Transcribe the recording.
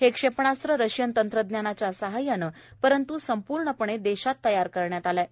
हे क्षेपणास्त्र रशियन तंत्रज्ञानाच्या सहाय्यानं परंत् संपूर्णपणे देशात तयार केलं आहे